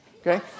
okay